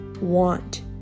want